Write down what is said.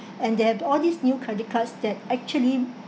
and they have all these new credit cards that actually